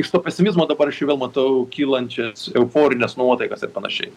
iš to pesimizmo dabar aš jau vėl matau kylančią euforines nuotaikas ir panašiai